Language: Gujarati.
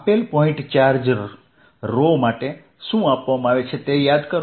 આપેલ પોઇન્ટ ચાર્જ માટે શું આપવામાં આવે છે તે યાદ કરો